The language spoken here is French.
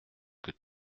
que